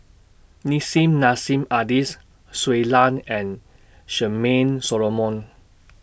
Nissim Nassim Adis Shui Lan and Charmaine Solomon